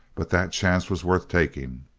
but that chance was worth taking.